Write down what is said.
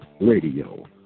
Radio